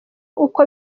uko